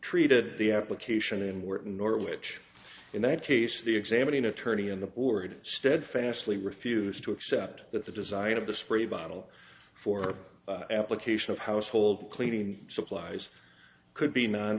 treated the application in work in norwich in that case the examining attorney in the board steadfastly refused to accept that the design of the spray bottle for application of household cleaning supplies could be non